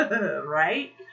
right